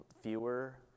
fewer